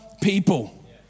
people